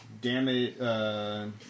damage